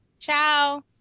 ciao